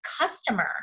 customer